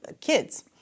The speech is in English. kids